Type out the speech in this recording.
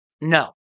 No